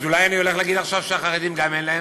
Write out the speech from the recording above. אז אולי אני הולך להגיד עכשיו שהחרדים גם אין להם?